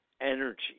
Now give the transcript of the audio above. energy